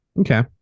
Okay